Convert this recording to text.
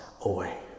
away